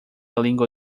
língua